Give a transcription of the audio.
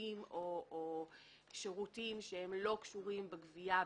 גופים או שירותים שלא קשורים בגבייה,